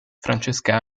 francesca